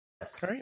Yes